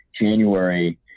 January